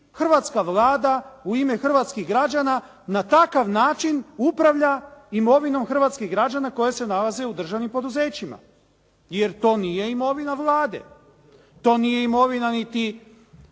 hrvatska Vlada u ime hrvatskih građana na takav način upravlja imovinom hrvatskih građana koja se nalazi u državnim poduzećima jer to nije imovina Vlade, to nije imovina niti